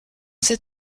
cet